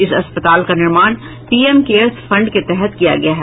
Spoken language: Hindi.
इस अस्पताल का निर्माण पीएम केयर्स फंड के तहत किया गया है